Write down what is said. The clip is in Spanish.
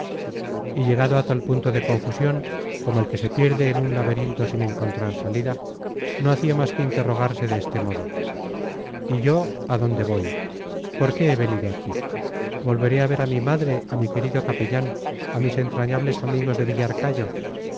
y llegado a tal punto de confusión como el que se pierde en un laberinto sin encontrar salida no hacía más que interrogarse de este modo y yo a dónde voy por qué he venido aquí volveré a ver a mi madre a mi querido capellán a mis entrañables amigos de